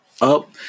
up